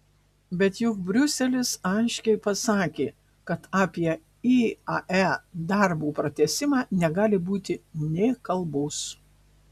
bet juk briuselis aiškiai pasakė kad apie iae darbo pratęsimą negali būti nė kalbos